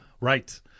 right